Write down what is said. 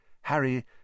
Harry